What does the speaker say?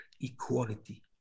equality